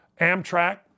Amtrak